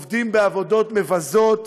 עובדים בעבודות מבזות,